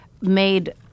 made